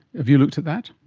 have you looked at that?